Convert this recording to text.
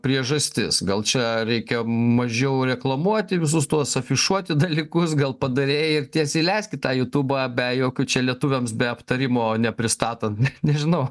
priežastis gal čia reikia mažiau reklamuoti visus tuos afišuoti dalykus gal padarei ir ties įleisk į tą jutūbą be jokių čia lietuviams be aptarimo nepristatant nežinau